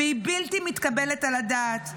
והיא בלתי מתקבלת על הדעת.